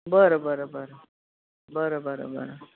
बरं बरं बरं बरं बरं बरं